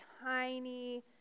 tiny